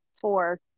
four